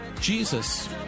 Jesus